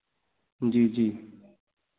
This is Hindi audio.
जी जी